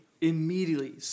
immediately